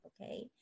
Okay